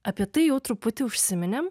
apie tai jau truputį užsiminėm